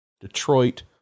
Detroit